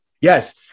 Yes